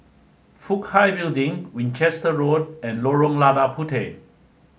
Fook Hai Building Winchester Road and Lorong Lada Puteh